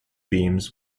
beams